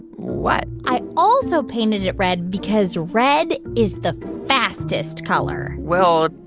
what. i also painted it red because red is the fastest color well,